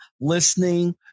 listening